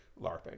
LARPing